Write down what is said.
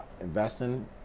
investing